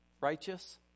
righteous